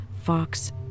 fox